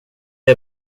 jag